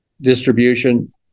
distribution